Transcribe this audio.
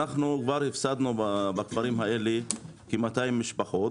אנחנו כבר הפסדנו, בכפרים האלה, כ-200 משפחות